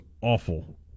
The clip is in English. awful